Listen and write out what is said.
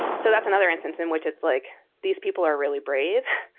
so that's another instance in which it's like these people are really brave.